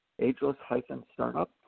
ageless-startup